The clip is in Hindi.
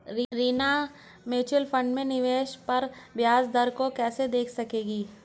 रीना म्यूचुअल फंड में निवेश पर ब्याज दर को कैसे देख सकेगी?